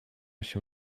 się